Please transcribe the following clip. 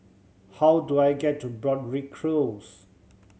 how do I get to Broadrick Close